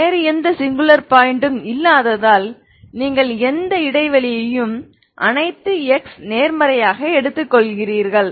வேறு எந்த singular point ம் இல்லாததால் நீங்கள் எந்த இடைவெளியையும் அனைத்து x நேர்மறையாக எடுத்துக்கொள்கிறீர்கள்